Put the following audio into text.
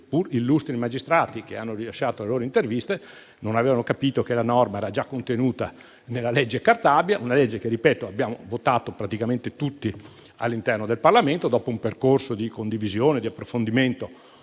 pur illustri magistrati che hanno rilasciato le loro interviste non avevano capito che la norma era già contenuta nella legge Cartabia, una legge che - ripeto - abbiamo votato praticamente tutti all'interno del Parlamento dopo un percorso di condivisione e di studio molto